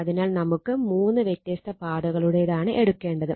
അതിനാൽ നമുക്ക് 3 വ്യത്യസ്ത പാതകളുടേതാണ് എടുക്കേണ്ടത്